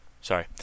sorry